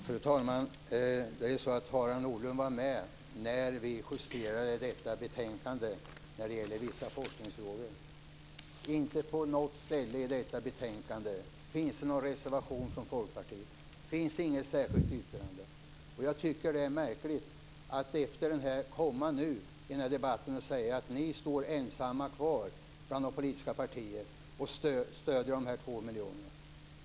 Fru talman! Harald Nordlund var ju med när vi justerade detta betänkande om vissa forskningsfrågor. Inte på något ställe i detta betänkande finns det en reservation från Folkpartiet. Det finns inget särskilt yttrande. Jag tycker att det är märkligt att komma nu i den här debatten och säga att ni står ensamma kvar bland de politiska partierna och stöder de här 2 miljonerna.